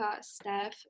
Steph